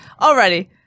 Alrighty